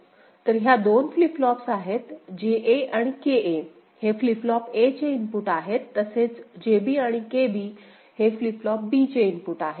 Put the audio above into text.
तर ह्या दोन फ्लिप फ्लॉप्स आहेत JA आणि KA हे फ्लीप फ्लॉप A चे इनपुट आहेत तसेच JB आणि KB हे फ्लीप फ्लॉप B चे इनपुट आहेत